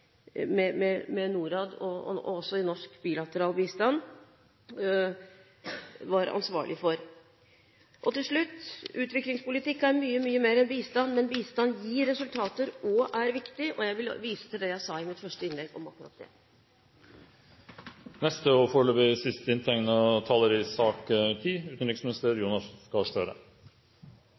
med Norad og norsk bilateral bistand – var ansvarlig for. Til slutt: Utviklingspolitikk er mye mer enn bistand, men bistand gir resultater, og er viktig. Jeg vil vise til det jeg sa i mitt første innlegg om akkurat det. Jeg tar med meg de budskapene som er rettet til min kollega, og jeg skal bare dele at vi følger nøye med på det som blir sagt her i